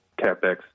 CapEx